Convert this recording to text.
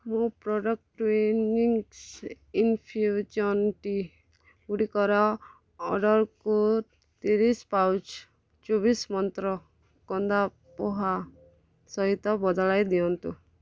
ମୋ product Twinings infusion ଟିଗୁଡ଼ିକର ଅର୍ଡ଼ର୍କୁ ତିରିଶି ପାଉଚ୍ ଚବିଶି ମନ୍ତ୍ରର କନ୍ଦା ପୋହା ସହିତ ବଦଳାଇ ଦିଅନ୍ତୁ